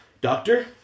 Doctor